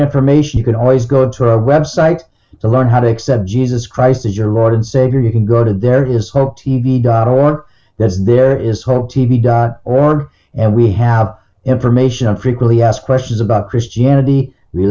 information you can always go to our website to learn how to accept jesus christ as your lord and savior you can go to there is hope t v dot i want there's there is hope t v dot org and we have information on frequently asked questions about christianity